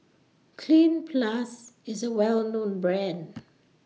Cleanz Plus IS A Well known Brand